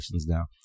now